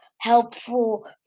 helpful